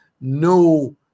no